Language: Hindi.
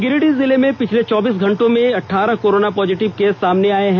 गिरिडीह जिले में पिछले चौबीस घंटों में अठारह कोरोना पॉजिटिव केस सामने आये हैं